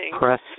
press